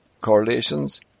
correlations